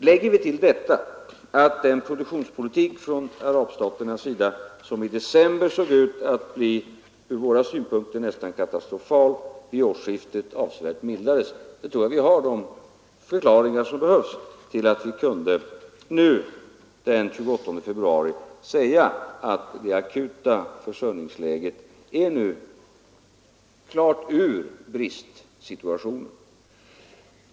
Lägger vi till detta att den produktionspolitik från arabstaternas sida som i december såg ut att bli nästan katastrofal från vår synpunkt avsevärt mildrades vid årsskiftet, tror jag vi har de förklaringar som behövs till att vi nu den 28 februari klart kan säga att vi kommit ur den akuta bristsituationen.